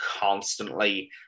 constantly